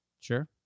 Sure